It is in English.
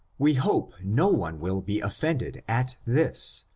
we hope no one will be offended at this,